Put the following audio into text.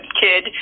kid